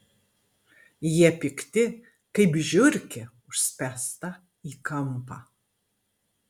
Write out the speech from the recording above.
jie pikti kaip žiurkė užspęsta į kampą